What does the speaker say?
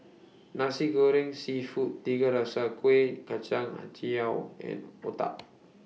Nasi Goreng Seafood Tiga Rasa Kueh Kacang Hijau and Otah